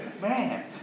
Man